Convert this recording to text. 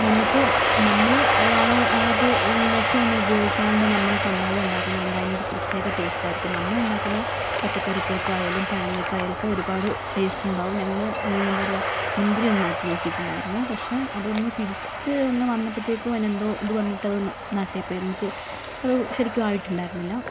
നമുക്ക് നമ്മൾ വളമോ അത് വിഷമോ ഒന്നും ഉപയോഗിക്കാണ്ട് നമ്മൾ സ്വന്തമായിട്ട് ഉണ്ടാക്കുന്നതു കൊണ്ട് അതിനൊരു പ്രത്യേക ടേസ്റ്റായിരിക്കും നമ്മളുണ്ടാക്കുന്ന പച്ചക്കറികൾക്കായാലും പഴങ്ങള്ക്കായാലൊക്കെ ഒരുപാട് ടേസ്റ്റ് ഉണ്ടാകും ഞങ്ങൾ എന്താ പറയുക മുന്തിരി ഒന്ന് നട്ടു നോക്കിയിട്ടുണ്ടായിരുന്നു പക്ഷെ അതൊന്ന് പിടിച്ചു ഇങ്ങു വന്നപ്പോഴത്തേക്കും അതിനെന്തോ ഇതു വന്നിട്ട് നാശമായി പോയി നമുക്ക് അത് ശരിക്കും ആയിട്ടുണ്ടായിരുന്നില്ല